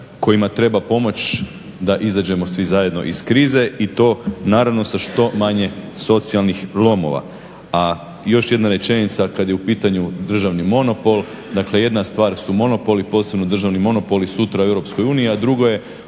kojima treba pomoć da izađemo svi zajedno iz krize. I to naravno sa što manje socijalnih lomova. A još jedna rečenica kad je u pitanju državni monopol, dakle jedna stvar su monopoli posebno državni monopoli sutra u EU, a drugo je